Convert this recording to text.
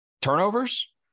Turnovers